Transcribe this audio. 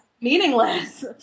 meaningless